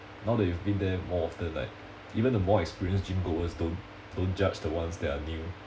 now that you've been there more often like even the more experienced gym goers don't don't judge the ones that are new